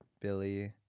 Billy